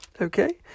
Okay